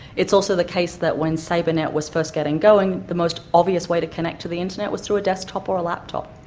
also the case that when sabrenet was first getting going, the most obvious way to connect to the internet was through a desktop or a laptop.